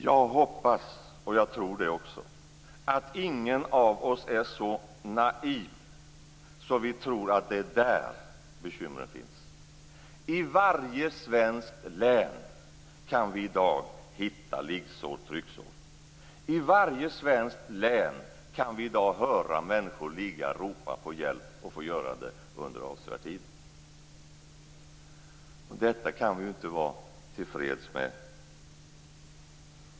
Jag hoppas, och tror, att ingen av oss är så naiv att vederbörande tror att det är där bekymren finns. I varje svenskt län kan vi i dag hitta liggsår och trycksår. I varje svenskt län kan vi i dag höra människor ropa på hjälp, och det får de göra under avsevärd tid. Detta kan vi inte vara till freds med.